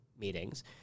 meetings